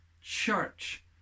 church